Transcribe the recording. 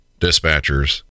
Dispatchers